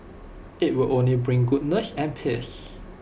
IT will only bring goodness and peace